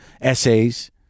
essays